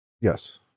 Yes